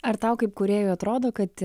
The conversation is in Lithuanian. ar tau kaip kūrėjui atrodo kad